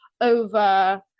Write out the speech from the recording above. over